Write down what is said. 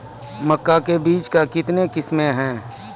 मक्का के बीज का कितने किसमें हैं?